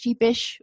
cheapish